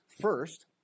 First